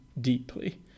deeply